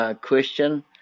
question